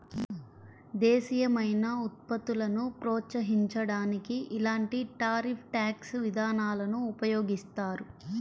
దేశీయమైన ఉత్పత్తులను ప్రోత్సహించడానికి ఇలాంటి టారిఫ్ ట్యాక్స్ విధానాలను ఉపయోగిస్తారు